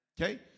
Okay